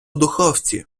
духовці